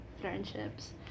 friendships